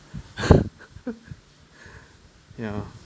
ya